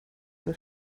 will